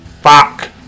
Fuck